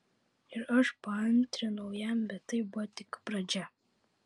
ir aš paantrinau jam bet tai buvo tik pradžia